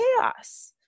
chaos